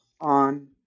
on